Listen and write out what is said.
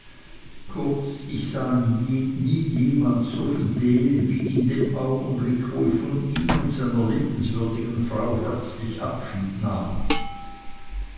kurz ich sah nie jemand so fidel wie damals mr micawber bis zu dem augenblick wo ich von ihm und seiner liebenswürdigen frau herzlich abschied nahm